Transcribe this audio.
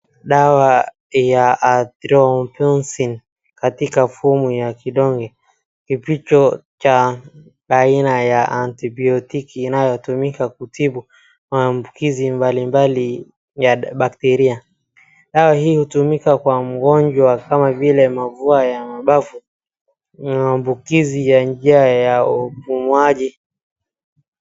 Dawa ya athromycin katika form ya kidonge, kipito cha aina ya antibiotic inayotumika kutibu maambukizi mbalimbali ya bacteria , dawa hii hutumika kwa mgonjwa kama vile mafua ya mambavu, au maambukizi ya njia ya upumuaji.